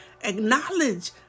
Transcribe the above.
Acknowledge